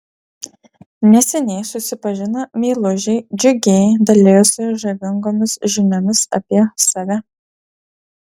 neseniai susipažinę meilužiai džiugiai dalijosi žavingomis žiniomis apie save